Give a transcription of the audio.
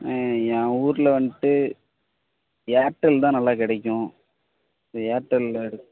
அண்ணன் என் ஊரில் வந்துட்டு ஏர்டெல் தான் நல்லா கிடைக்கும் இது ஏர்டெல் எடு